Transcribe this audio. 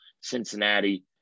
Cincinnati